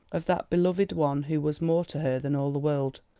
of that beloved one who was more to her than all the world,